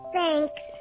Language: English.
Thanks